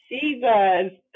Jesus